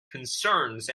concerns